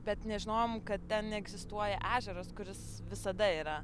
bet nežinojom kad ten neegzistuoja ežeras kuris visada yra